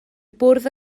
bwrdd